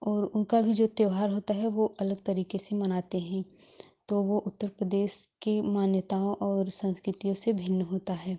और उनका भी जो त्योहार होता है वो अलग तरीके से मनाते हैं तो वो उत्तर प्रदेश की मान्यता और संस्कृतियों से भिन्न होता है